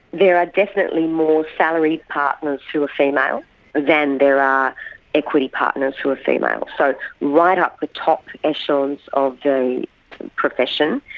there are definitely more salaried partners who are female than there are equity partners who are female. so write up the top echelons of the profession,